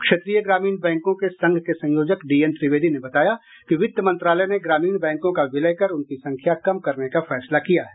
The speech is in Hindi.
क्षेत्रीय ग्रामीण बैंकों के संघ के संयोजक डीएन त्रिवेदी ने बताया कि वित्त मंत्रालय ने ग्रामीण बैंकों का विलय कर उनकी संख्या कम करने का फैसला किया है